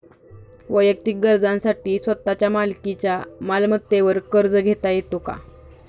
वैयक्तिक गरजांसाठी स्वतःच्या मालकीच्या मालमत्तेवर कर्ज घेता येतो का?